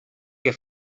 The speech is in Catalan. que